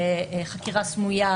חקירה סמויה,